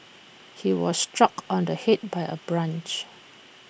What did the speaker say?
he was struck on the Head by A branch